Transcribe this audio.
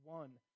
one